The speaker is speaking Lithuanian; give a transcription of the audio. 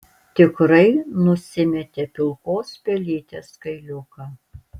tikrai nusimetė pilkos pelytės kailiuką